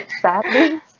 sadly